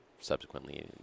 subsequently